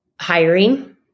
Hiring